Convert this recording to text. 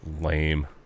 Lame